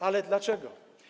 Ale dlaczego?